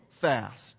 fast